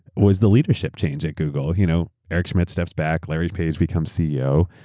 was the leadership change at google. you know eric schmidt steps back, larry page becomes ceo.